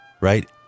right